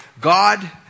God